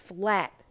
flat